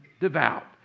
devout